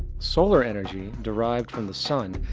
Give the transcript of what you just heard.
solar energy, derived from the sun,